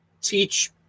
teach